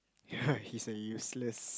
he's a useless